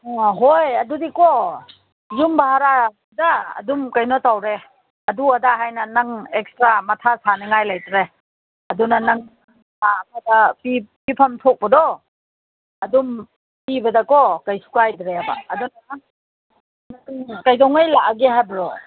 ꯑꯥ ꯍꯣꯏ ꯑꯗꯨꯗꯤꯀꯣ ꯌꯨꯝ ꯕꯔꯥꯗ ꯑꯗꯨꯝ ꯀꯩꯅꯣ ꯇꯧꯔꯦ ꯑꯗꯨ ꯑꯗꯥ ꯍꯥꯏꯅ ꯅꯪ ꯑꯦꯛꯁꯇ꯭ꯔꯥ ꯃꯊꯥ ꯁꯥꯅꯤꯡꯉꯥꯏ ꯂꯩꯇ꯭ꯔꯦ ꯑꯗꯨꯅ ꯅꯪ ꯊꯥ ꯑꯃꯗ ꯐꯤ ꯄꯤꯐꯝ ꯊꯣꯛꯄꯗꯣ ꯑꯗꯨꯝ ꯄꯤꯕꯗꯀꯣ ꯀꯩꯁꯨ ꯀꯥꯏꯗ꯭ꯔꯦꯕ ꯑꯗꯨꯅ ꯃꯇꯨꯡ ꯀꯩꯗꯧꯉꯩ ꯂꯥꯛꯂꯒꯦ ꯍꯥꯏꯕ꯭ꯔꯣ